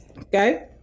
okay